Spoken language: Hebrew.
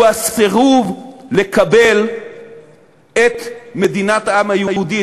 הוא הסירוב לקבל את מדינת העם היהודי,